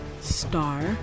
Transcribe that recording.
star